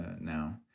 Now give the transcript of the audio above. now